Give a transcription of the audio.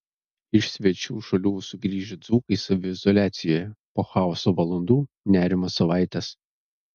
iš svečių šalių sugrįžę dzūkai saviizoliacijoje po chaoso valandų nerimo savaitės